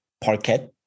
parquet